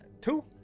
Two